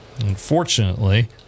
unfortunately